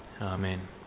Amen